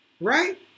right